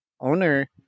owner